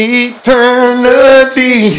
eternity